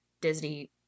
Disney